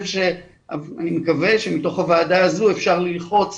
אני מקווה שמתוך הוועדה הזו אפשר ללחוץ